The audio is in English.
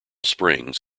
springs